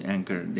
Anchor